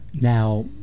Now